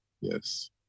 yes